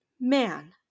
man